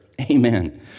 Amen